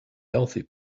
healthy